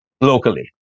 locally